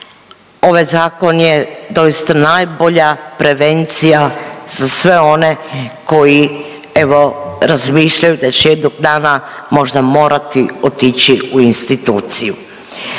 Ovaj zakon je doista najbolja prevencija za sve one koji evo razmišljaju da će jednog dana možda morati otići u instituciju.